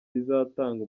rizatanga